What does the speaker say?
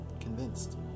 convinced